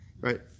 right